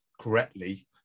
correctly